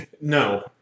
no